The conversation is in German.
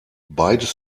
beides